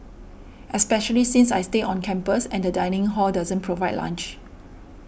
especially since I stay on campus and the dining hall doesn't provide lunch